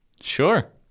sure